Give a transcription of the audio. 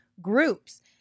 groups